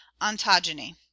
Ontogeny